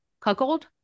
cuckold